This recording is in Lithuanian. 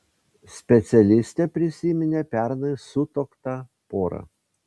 specialistė prisiminė pernai sutuoktą porą